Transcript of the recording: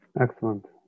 Excellent